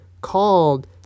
called